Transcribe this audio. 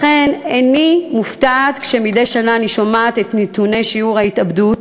לכן איני מופתעת כשמדי שנה אני שומעת את הנתונים על שיעור ההתאבדות